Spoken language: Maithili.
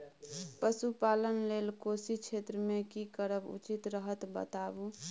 पशुपालन लेल कोशी क्षेत्र मे की करब उचित रहत बताबू?